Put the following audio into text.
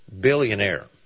billionaire